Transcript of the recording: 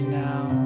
now